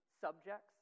subjects